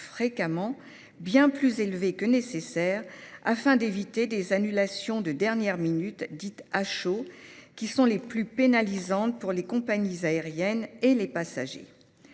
fréquemment bien plus élevés que nécessaire, afin d'éviter les annulations de dernière minute, dites « à chaud », qui sont les plus pénalisantes pour les compagnies aériennes comme pour les passagers.